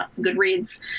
goodreads